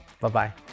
Bye-bye